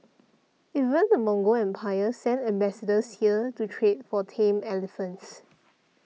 even the Mongol empire sent ambassadors here to trade for tame elephants